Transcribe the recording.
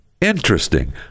interesting